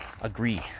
agree